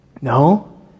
No